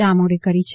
ડામોરે કરી છે